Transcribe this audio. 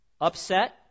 upset